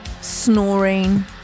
snoring